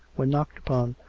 when knocked upon,